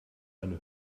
eine